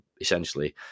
essentially